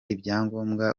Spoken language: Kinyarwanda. ibyangombwa